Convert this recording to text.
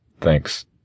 Thanks